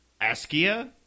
Askia